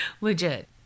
Legit